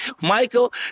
Michael